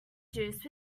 juice